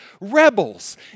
rebels